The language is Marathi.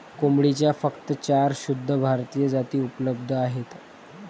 कोंबडीच्या फक्त चार शुद्ध भारतीय जाती उपलब्ध आहेत